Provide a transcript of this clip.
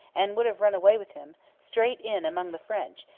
and would have run away with him, straight in among the french,